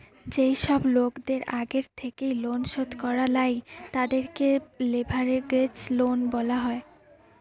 যেই সব লোকদের আগের থেকেই লোন শোধ করা লাই, তাদেরকে লেভেরাগেজ লোন বলা হয়